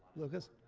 lucas?